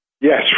Yes